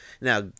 Now